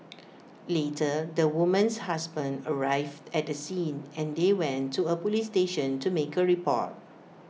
later the woman's husband arrived at the scene and they went to A Police station to make A report